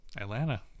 Atlanta